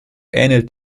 ähnelt